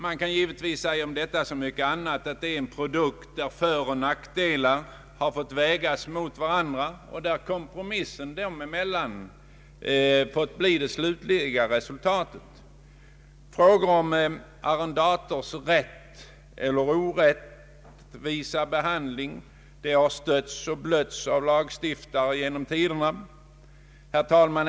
Man kan säga om detta som om så mycket annat att det är en produkt, där föroch nackdelar fått vägas mot varandra och där kompromissen dem emellan fått bli det slutliga resultatet. Frågor om arrendators rättvisa eller orättvisa behandling har stötts och blötts av lagstiftare genom tiderna. Herr talman!